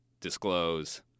disclose